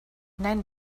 nein